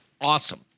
awesome